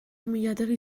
amillategi